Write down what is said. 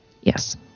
Yes